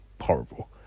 horrible